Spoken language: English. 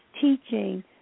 teaching